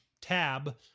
tab